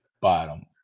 bottom